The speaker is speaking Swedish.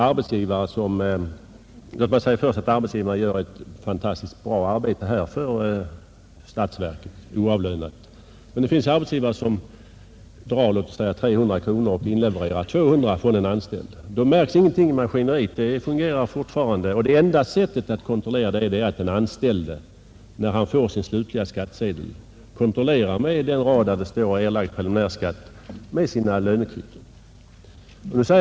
Arbetsgivarna gör genom skatteuppbörden ett fantastiskt bra arbete för statsverket — oavlönat. Men det finns arbetsgivare som drar, låt säga 300 kronor och inlevererar 200 kronor från en anställd. Då märks ingenting i maskineriet. Det fungerar fortfarande. Det enda sättet att kontrollera detta är att en anställd när han får sin slutliga skattsedel jämför uppgiften på den rad där det står ”Erlagd preliminär skatt” med sina lönekvitton.